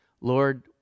Lord